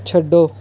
छड्डो